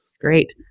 Great